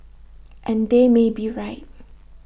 and they may be right